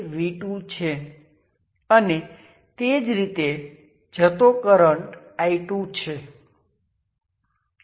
જે તમે પસંદ કરો છો તે આ સંપૂર્ણપણે સગવડ પર છે